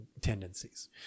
tendencies